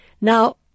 Now